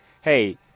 hey